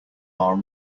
our